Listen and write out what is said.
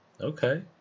Okay